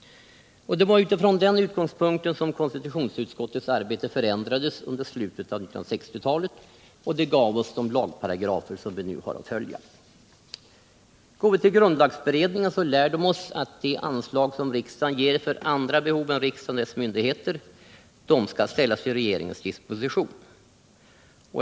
Det var utifrån denna utgångspunkt som konstitutionsutskottets arbete förändrades under slutet av 1960-talet, och det gav oss de lagparagrafer som vi nu har att följa. Grundlagberedningen lär oss att anslag som riksdagen ger för andra behov än riksdagen och dess myndigheter skall ställas till regeringens disposition.